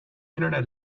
internet